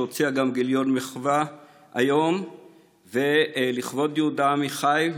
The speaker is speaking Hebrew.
שהוציאה היום גיליון מחווה לכבוד יהודה עמיחי,